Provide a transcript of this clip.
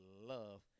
love